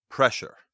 Pressure